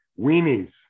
Weenies